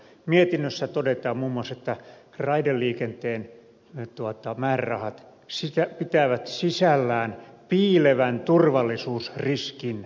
mietinnössä todetaan muun muassa että raideliikenteen määrärahat pitävät sisällään piilevän turvallisuusriskin